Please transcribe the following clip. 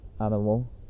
animal